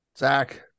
Zach